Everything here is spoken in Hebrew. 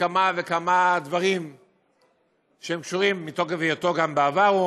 בכמה וכמה דברים שקשורים מתוקף היותו בעבר מעורב,